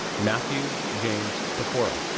matthew james pecora,